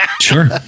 sure